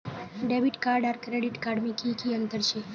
Debit card आर credit card में की अंतर होचे?